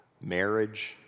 marriage